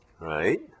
right